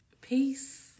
Peace